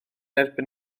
erbyn